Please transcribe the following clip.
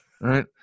right